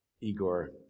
Igor